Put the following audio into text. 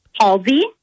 Halsey